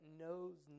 knows